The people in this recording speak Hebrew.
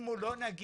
אם הוא לא נגיש.